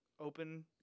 open